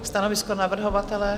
Stanovisko navrhovatele?